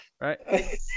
right